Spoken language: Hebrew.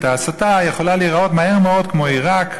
ההסתה יכולה להיראות מהר מאוד כמו עיראק,